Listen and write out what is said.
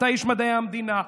אתה איש מדעי המדינה,